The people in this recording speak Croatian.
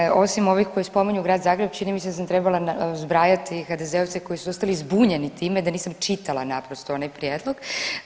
Dakle, osim ovih koji spominju grad Zagreb čini mi se da sam trebala zbrajati HDZ-ovce koji su ostali zbunjeni time da nisam čitala naprosto onaj prijedlog.